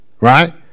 right